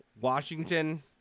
Washington